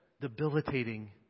debilitating